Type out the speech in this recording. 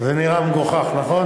זה נראה מגוחך, נכון?